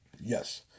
Yes